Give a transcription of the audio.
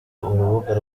urubuga